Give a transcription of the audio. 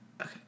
Okay